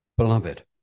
Beloved